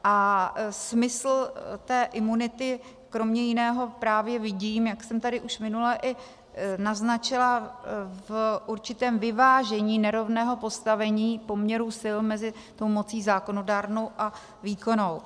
A smysl imunity kromě jiného právě vidím, jak jsem tady už minule i naznačila, v určitém vyvážení nerovného postavení poměrů sil mezi mocí zákonodárnou a výkonnou.